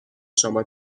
شما